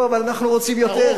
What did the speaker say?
לא, אבל אנחנו רוצים יותר.